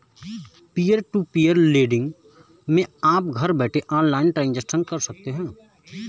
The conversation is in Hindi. पियर टू पियर लेंड़िग मै आप घर बैठे ऑनलाइन ट्रांजेक्शन कर सकते है